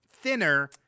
thinner